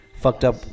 fucked-up